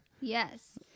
Yes